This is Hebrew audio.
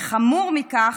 וחמור מכך,